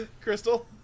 Crystal